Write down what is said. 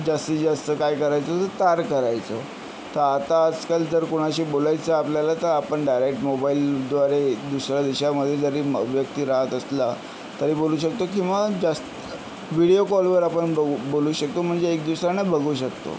जास्तीत जास्त काय करायचं तर तार करायचो तर आता आजकाल जर कोणाशी बोलायचं आहे आपल्याला तर आपण डायरेक्ट मोबाईलद्वारे दुसऱ्या देशामध्ये जरी मग व्यक्ती राहत असला तरी बोलू शकतो किंवा जास् व्हिडिओ कॉलवर आपण बघू बोलू शकतो म्हणजे एक दुसऱ्यांना बघू शकतो